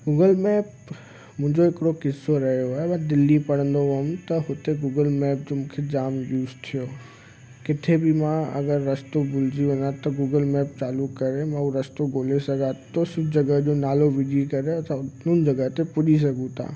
Google map मुंहिंजो हिकिड़ो क़िसो रहियो आहे मां दिल्ली पढ़ंदो हुअमि त हुते गूगल मैप जो मूंखे जामु यूस थियो किथे बि मां अगरि रस्तो भुलिजी वेंदो आहे त गूगल मैप चालू करे मां हो रस्तो ॻोल्हे सघां थो सुज जॻहि जो नालो विझी करे सभिनि जॻहि ते पुॼी सघूं था